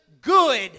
good